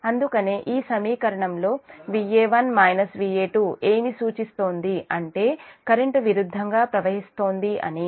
అందుకనే ఈ సమీకరణంలో Va1 Va2 ఏం సూచిస్తోంది అంటే కరెంట్ విరుద్ధంగా ప్రవహిస్తోంది అని